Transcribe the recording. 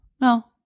No